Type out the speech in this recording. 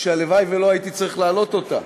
שהלוואי שלא הייתי צריך להעלות אותה,